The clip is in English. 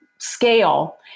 scale